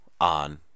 on